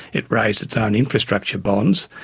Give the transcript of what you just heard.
it raised its own infrastructure bonds,